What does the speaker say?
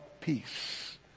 peace